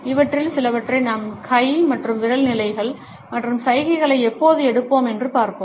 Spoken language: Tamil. இவற்றில் சிலவற்றை நாம் கை மற்றும் விரல் நிலைகள் மற்றும் சைகைகளை எப்போது எடுப்போம் என்று பார்ப்போம்